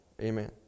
Amen